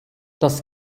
das